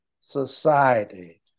society